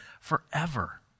forever